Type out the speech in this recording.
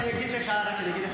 אני רק אגיד לך כקצין: